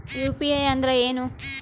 UPI ಅಂದ್ರೆ ಏನು?